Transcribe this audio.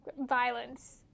violence